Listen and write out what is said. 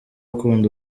ukunda